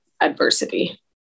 adversity